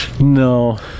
No